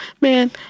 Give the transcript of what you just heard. Man